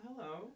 hello